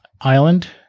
Island